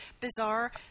bizarre